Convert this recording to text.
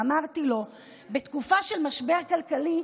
אמרתי לו שבתקופה של משבר כלכלי,